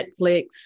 Netflix